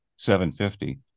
750